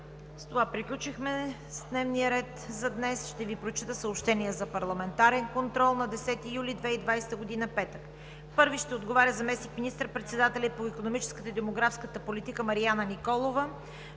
С това приключихме с дневния ред за днес. Ще прочета съобщението за парламентарен контрол на 10 юли 2020 г., петък: 1. Заместник министър-председателят по икономическата и демографската политика Марияна Николова